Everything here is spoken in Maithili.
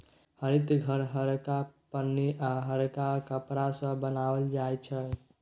हरित घर हरका पन्नी आ हरका कपड़ा सँ बनाओल जाइ छै